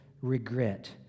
regret